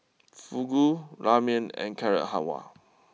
Fugu Ramen and Carrot Halwa